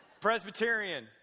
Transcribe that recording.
Presbyterian